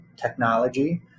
technology